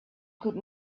could